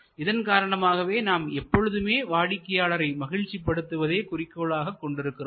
இதன் காரணமாகவே நாம் எப்பொழுதுமே வாடிக்கையாளரை மகிழ்ச்சிபடுத்துவதே குறிக்கோளாகக் கொள்கிறோம்